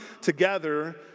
together